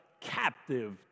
captive